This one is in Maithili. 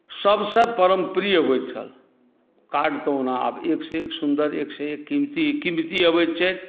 सभसँ परमप्रिय होइत छल कार्ड तऽ ओना आब एकसँ एक सुन्दर एकसँ एक कीमती अबैत छथि